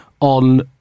on